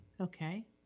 Okay